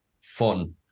Fun